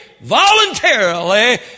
voluntarily